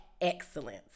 excellence